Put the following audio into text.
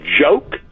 joke